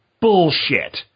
bullshit